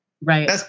Right